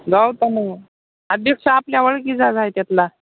जाऊ मग अध्यक्ष आपल्या ओळखीचा आहे तिथला